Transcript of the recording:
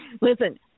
Listen